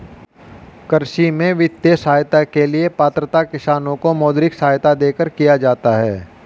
कृषि में वित्तीय सहायता के लिए पात्रता किसानों को मौद्रिक सहायता देकर किया जाता है